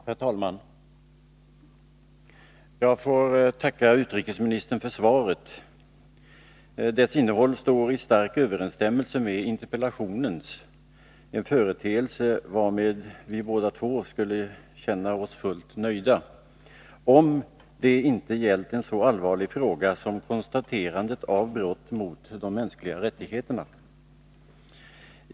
Herr talman! Jag tackar utrikesministern för svaret. Dess innehåll står i stark överensstämmelse med interpellationens — en företeelse varmed vi båda två skulle kunna känna oss fullt nöjda, om det inte gällt en så allvarlig fråga som konstaterandet av brott mot de mänskliga rättigheterna.